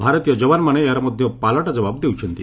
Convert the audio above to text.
ଭାରତୀୟ ଯବାନମାନେ ଏହାର ମଧ୍ୟ ପାଲଟା ଜବାବ ଦେଉଛନ୍ତି